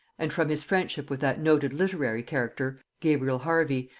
and from his friendship with that noted literary character gabriel hervey,